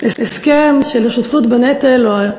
ההסכם של השותפות בנטל, או,